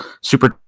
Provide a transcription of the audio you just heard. Super